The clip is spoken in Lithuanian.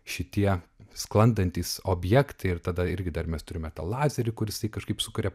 šitie sklandantys objektai ir tada irgi dar mes turime tą lazerį kur jisai kažkaip sukuria